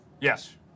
Yes